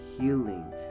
healing